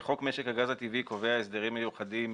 חוק משק הגז הטבעי קובע הסדרים מיוחדים